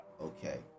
Okay